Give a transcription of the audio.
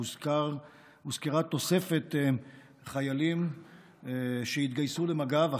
והוזכרה תוספת חיילים שהתגייסו למג"ב.